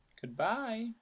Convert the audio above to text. Goodbye